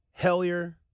Hellier